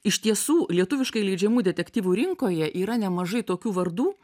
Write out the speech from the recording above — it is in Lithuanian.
iš tiesų lietuviškai leidžiamų detektyvų rinkoje yra nemažai tokių vardų